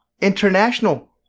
international